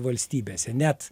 valstybėse net